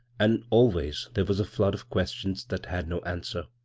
and always there was a flood of questions that had no answer.